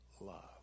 love